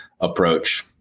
approach